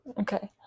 Okay